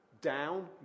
down